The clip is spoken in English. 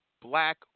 Black